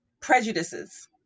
prejudices